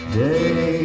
day